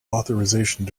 authorisation